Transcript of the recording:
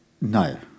No